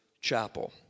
Chapel